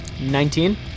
Nineteen